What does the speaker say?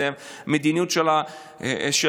זו המדיניות של הקברניטים,